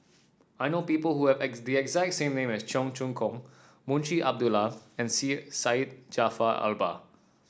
I know people who have the exact name as Cheong Choong Kong Munshi Abdullah and Syed Jaafar Albar